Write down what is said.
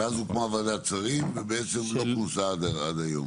ואז הוקמה ועדת שרים ובעצם לא כונסה עד היום.